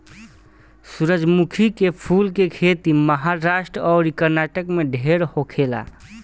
सूरजमुखी के फूल के खेती महाराष्ट्र अउरी कर्नाटक में ढेर होखेला